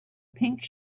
pink